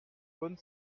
bonne